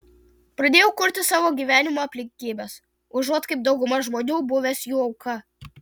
pradėjau kurti savo gyvenimo aplinkybes užuot kaip dauguma žmonių buvęs jų auka